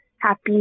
happy